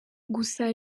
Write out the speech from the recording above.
gusa